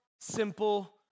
simple